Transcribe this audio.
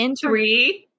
three